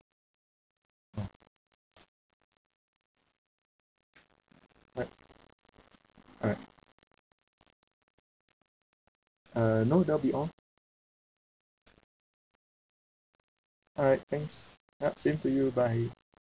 ya alright alright uh no that will be all alright thanks ya same to you bye